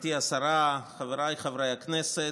גברתי השרה, חבריי חברי הכנסת,